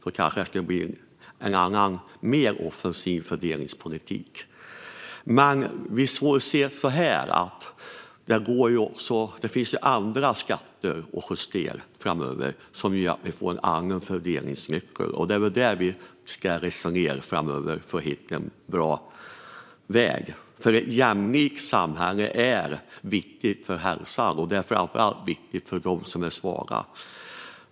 Då hade det kanske blivit en mer offensiv fördelningspolitik. Men det finns andra skatter att justera framöver, som gör att vi får en annan fördelning. Detta ska vi resonera om framöver för att hitta en bra väg. Ett jämlikt samhälle är viktigt för hälsan, och det är framför allt viktigt för dem som är svaga.